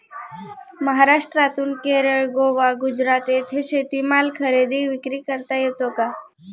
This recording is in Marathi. महाराष्ट्रातून केरळ, गोवा, गुजरात येथे शेतीमाल खरेदी विक्री करता येतो का?